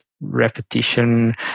Repetition